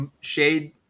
shade